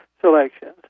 selections